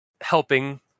helping